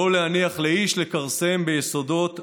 לא להניח לאיש לכרסם ביסודות הבית,